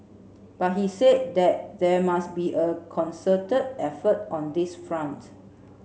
but he said that there must be a concerted effort on this front